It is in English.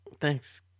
Thanks